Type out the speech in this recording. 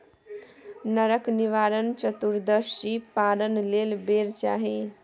नरक निवारण चतुदर्शीक पारण लेल बेर चाही